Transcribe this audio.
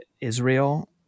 Israel